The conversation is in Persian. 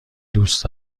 دوست